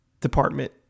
department